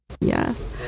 Yes